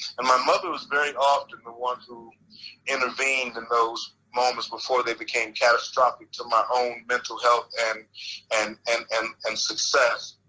and my mother was very often the one who intervened in those moments before they became catastrophic to my own mental health and and and and and success.